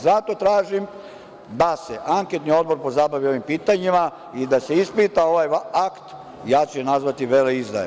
Zato tražim da se anketni odbor pozabavi pitanjima i da se ispita ovaj akt, a ja ću ga nazvati – veleizdaje.